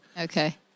Okay